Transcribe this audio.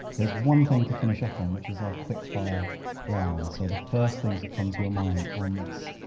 there's one thing to finish up on which is our quick fire round. so the first things that come to your mind on this.